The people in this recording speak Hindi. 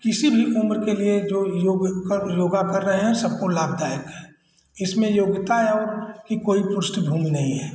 किसी भी उम्र के लिए जो योग कर योग कर रहे हैं सबको लाभदायक हैं इसमें योग्यता है कि कोई पृष्टभूमि नहीं है